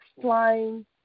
flying